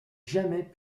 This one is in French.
jamais